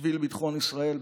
בשביל ביטחון ישראל,